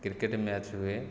cricket match ହୁଏ